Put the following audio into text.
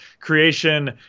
creation